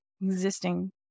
existing